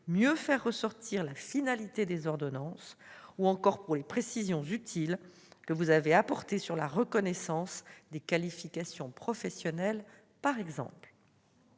mieux faire ressortir la finalité des ordonnances, ainsi que les précisions utiles que vous avez apportées quant à la reconnaissance des qualifications professionnelles. Au-delà